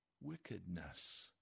wickedness